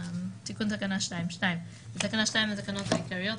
תיקון תקנה 2.2. תקנה 2 לתקנות העיקריות,